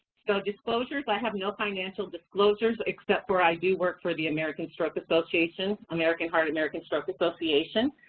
so disclosures, i have no financial disclosures except for i do work for the american stroke association, american heart american stroke association.